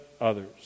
others